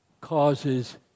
causes